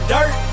Dirt